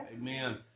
Amen